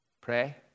Pray